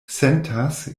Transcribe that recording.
sentas